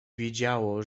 wiedziało